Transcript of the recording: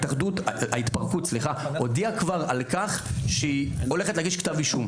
ההתפרקות הודיעה כבר על-כך שהיא הולכת להגיש כתב אישום.